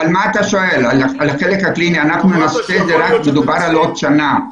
לגבי החלק הקליני, מדובר על עוד שנה.